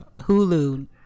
hulu